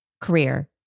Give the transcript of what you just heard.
career